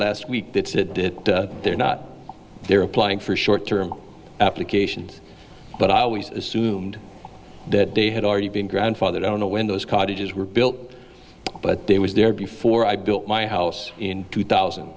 last week that said that they're not they're applying for short term applications but i always assumed that they had already been grandfathered i don't know when those cottages were built but they was there before i built my house in two thousand